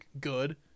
good